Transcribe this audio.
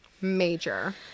major